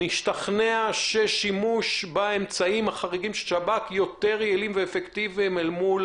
נשתכנע ששימוש באמצעים החריגים של שב"כ יותר יעילים ואפקטיביים אל מול